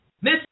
Miss